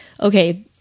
okay